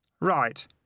Right